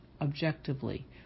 objectively